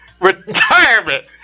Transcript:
Retirement